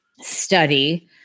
study